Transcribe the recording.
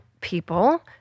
people